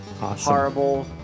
Horrible